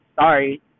sorry